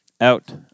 out